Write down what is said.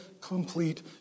complete